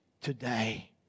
today